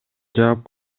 жаап